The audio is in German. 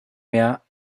mehr